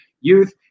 youth